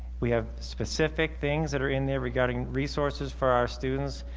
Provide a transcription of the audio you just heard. we have specific things that are in there regarding resources for our students,